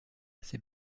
ces